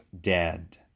dead